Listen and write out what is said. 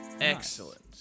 Excellent